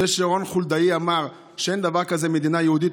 זה שרון חולדאי אמר שאין דבר כזה מדינה יהודית,